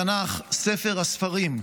התנ"ך, ספר-הספרים,